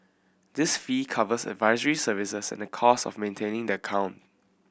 this fee covers advisory services and the cost of maintaining the account